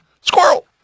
Squirrel